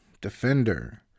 defender